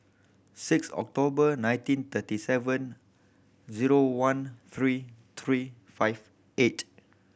six October nineteen thirty seven zero one three three five eight